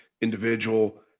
individual